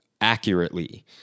accurately